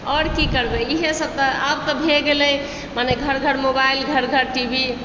आओर की करबै इएह सब कऽ आब तऽ भए गेलै माने घर घर मोबाइल घर घर टी वी